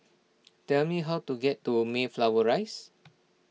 tell me how to get to Mayflower Rise